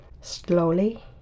Slowly